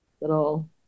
little